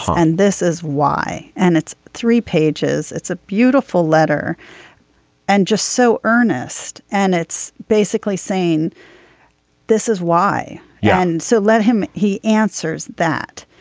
and this is why. and it's three pages. it's a beautiful letter and just so earnest. and it's basically saying this is why yeah. so let him he answers that.